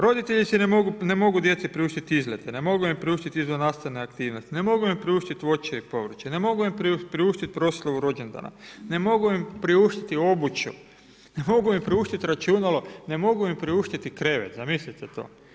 Roditelji ne mogu djeci priuštiti izlete, ne mogu im priuštiti izvannastavne aktivnosti, ne mogu im priuštiti voće i povrće, ne mogu im priuštiti proslavu rođendana, ne mogu im priuštiti obuću, ne mogu im priuštiti računalo, ne mogu im priuštiti krevet, zamislite to.